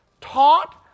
Taught